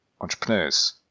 entrepreneurs